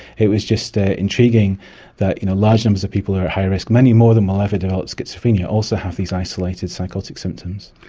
it was just ah intriguing that you know large numbers of people are at high risk, many more than will ever develop schizophrenia, also have these isolated psychotic symptoms.